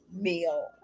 meal